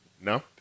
no